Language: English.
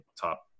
top